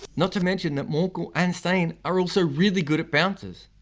not to mention that morkel and steyn are also really good at bouncers.